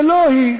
ולא היא.